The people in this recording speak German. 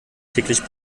täglich